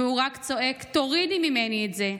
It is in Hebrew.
והוא רק צועק: תורידי ממני את זה.